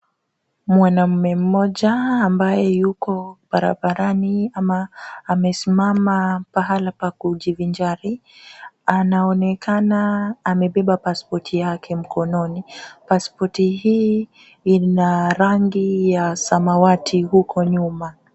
Mwanaume mmoja ambaye yuko barabarani ama amesimama pahala pa kujivinjari, anaonekana amebeba pasipoti yake mkononi. Pasipoti hii ina rangi ya samawati huko nyuma.